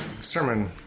sermon